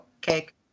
cake